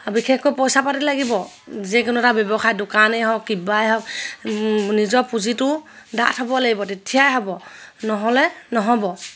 বিশেষকৈ পইচা পাতি লাগিব যে কোনো এটা ব্যৱসায় দোকানেই হওক কিবাই হওক নিজৰ পুঁজিটো ডাঠ হ'ব লাগিব তেতিয়াই হ'ব নহ'লে নহ'ব